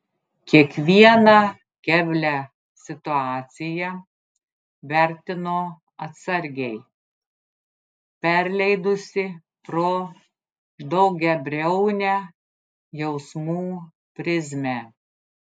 kiekvieną keblią situaciją vertino atsargiai perleidusi pro daugiabriaunę jausmų prizmę